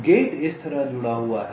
gate इस तरह जुड़ा हुआ है